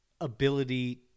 ability